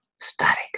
static